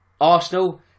Arsenal